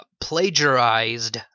plagiarized